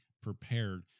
prepared